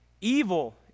Evil